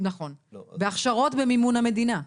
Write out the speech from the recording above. בהכשרות במימון המדינה.